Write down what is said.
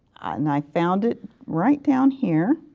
and i found it right down here.